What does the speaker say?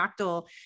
fractal